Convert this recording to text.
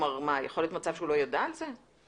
יכול להיות מצב שהוא לא ידע על זה?